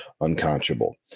unconscionable